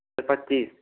sir पच्चीस